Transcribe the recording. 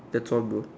that's all bro